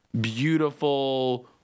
beautiful